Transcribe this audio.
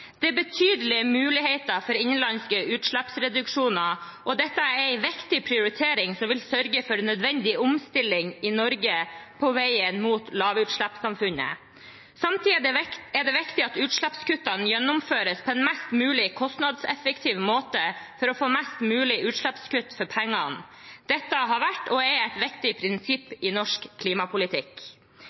Det er betydelige muligheter for innenlandske utslippsreduksjoner, og dette er en viktig prioritering som vil sørge for nødvendig omstilling i Norge på veien mot lavutslippssamfunnet. Samtidig er det viktig at utslippskuttene gjennomføres på en mest mulig kostnadseffektiv måte for å få mest mulig utslippskutt for pengene. Dette har vært og er et viktig prinsipp i norsk klimapolitikk.